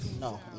No